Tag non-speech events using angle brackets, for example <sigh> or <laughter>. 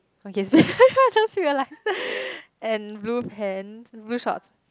okay <laughs> I just realise <breath> and blue pants blue shorts